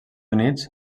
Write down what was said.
units